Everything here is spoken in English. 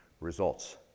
results